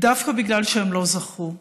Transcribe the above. דווקא בגלל שהם לא זכו,